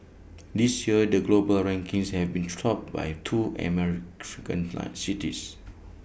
this year the global rankings have been topped by two cities